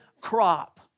crop